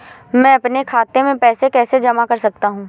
मैं अपने खाते में पैसे कैसे जमा कर सकता हूँ?